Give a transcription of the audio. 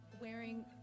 wearing